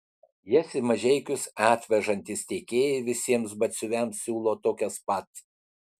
jas į mažeikius atvežantys tiekėjai visiems batsiuviams siūlo tokias pat